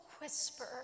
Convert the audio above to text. whisper